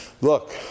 look